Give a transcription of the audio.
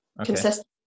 consistent